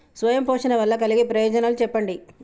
స్వయం పోషణ వల్ల కలిగే ప్రయోజనాలు చెప్పండి?